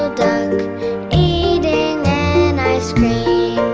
duck eating an ice cream